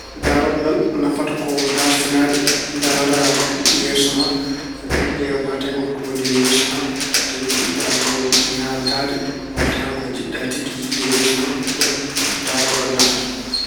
Daarorgal nafata ko ndaartinaade, ndaara yeeso ma, ƴeewa so tawi hol ko woni e yeeso na. Tawi jiɗɗa ñaantaade malla tawi hol ko njiɗɗa tigi yiyde e yeeso ma, ko ɗum daarorgal nafata.